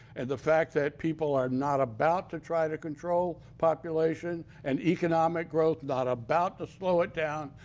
and the fact that people are not about to try to control population, and economic growth, not about to slow it down,